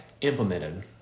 implemented